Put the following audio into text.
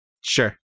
Sure